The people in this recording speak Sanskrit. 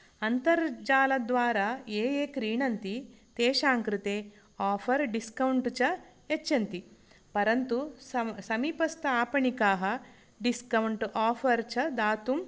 अन्तर्जालद्वारा ये ये क्रीणन्ति तेषां कृते आफ़र् डिस्कौण्ट् च यच्छन्ति परन्तु स समीपस्थ आपणिकाः डिस्कौण्ट् आफ़र् च दातुं